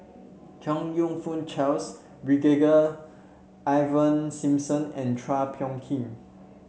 Chong You Fook Charles Brigadier Ivan Simson and Chua Phung Kim